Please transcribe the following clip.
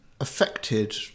affected